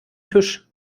tisch